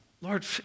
Lord